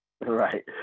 Right